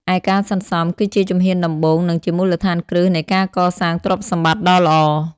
ឯការសន្សំ គឺជាជំហានដំបូង និងជាមូលដ្ឋានគ្រឹះនៃការកសាងទ្រព្យសម្បត្តិដ៏ល្អ។